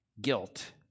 guilt